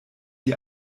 die